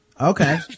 Okay